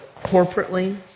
corporately